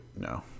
no